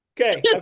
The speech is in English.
Okay